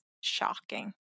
shocking